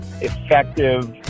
effective